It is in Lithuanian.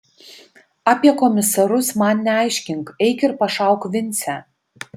apie komisarus man neaiškink eik ir pašauk vincę